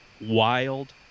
wild